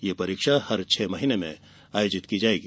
यह परीक्षा हर छह महीने में आयोजित की जाएगी